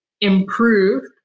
improved